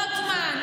רוטמן,